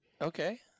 okay